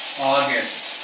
August